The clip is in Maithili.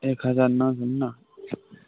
एक हजार नओ सओ नओ